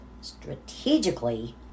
strategically